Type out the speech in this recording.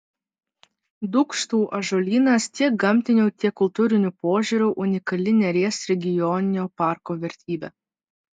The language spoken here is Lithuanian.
dūkštų ąžuolynas tiek gamtiniu tiek kultūriniu požiūriu unikali neries regioninio parko vertybė